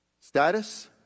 Status